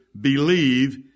believe